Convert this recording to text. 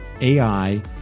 ai